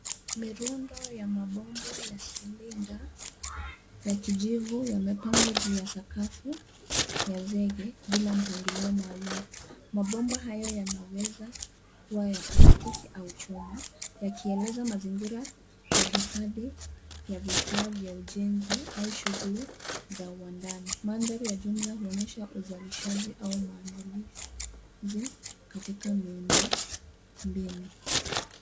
Mirundo ya mabomba ya cylinder ya kijivu yamepangwa juu ya sakafu ya zege bila mpangilio maalum. Mabomba hayo yanaweza kuwa ya plastiki au chuma, yakieleza mazingira ya hifadhi ya vifaa vya ujenzi au shughuli za uwandani. Mandhari ya jumla huonyesha uzalishaji au maandalizi katika miundo mbinu.